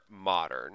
modern